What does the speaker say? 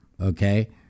Okay